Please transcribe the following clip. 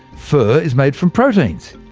fur is made from proteins.